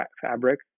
fabric